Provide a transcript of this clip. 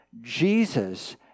Jesus